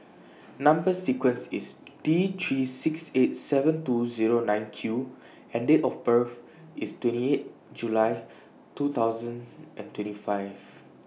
Number sequence IS T three six eight seven two Zero nine Q and Date of birth IS twenty eight July two thousand and twenty five